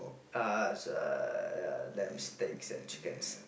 uh s~ uh lamb steaks and chickens